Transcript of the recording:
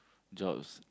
jobs